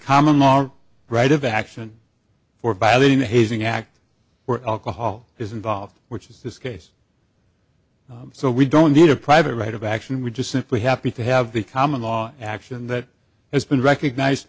common law right of action for violating the hazing act where alcohol is involved which is this case so we don't need a private right of action we just simply happy to have the common law action that has been recognised